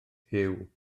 huw